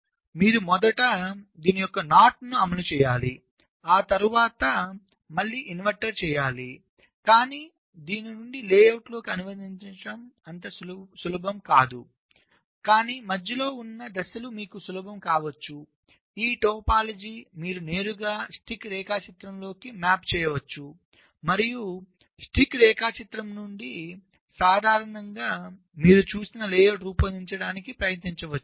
మీరు మొదట దీని యొక్క NOT ను అమలు చేయాలి ఆ తర్వాత మళ్ళీ ఇన్వర్టర్ చేయాలి కానీ దీని నుండి లేఅవుట్లోకి అనువదించడం అంత సులభం కాదు కానీ మధ్యలో ఉన్న దశలు మీకు సులభం కావచ్చు ఈ టోపోలాజీ మీరు నేరుగా స్టిక్ రేఖాచిత్రంలోకి మ్యాప్ చేయవచ్చు మరియు స్టిక్ రేఖాచిత్రం నుండి సాధారణంగా మీరు చూసే లేఅవుట్ను రూపొందించడానికి ప్రయత్నించవచ్చు